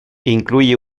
incluye